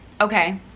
Okay